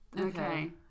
okay